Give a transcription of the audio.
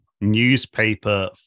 newspaper